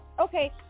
Okay